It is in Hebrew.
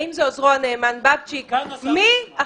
האם זה